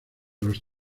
los